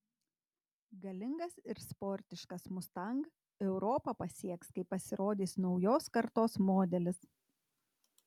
galingas ir sportiškas mustang europą pasieks kai pasirodys naujos kartos modelis